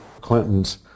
Clinton's